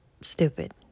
stupid